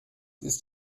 ist